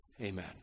Amen